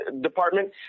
Department